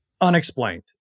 unexplained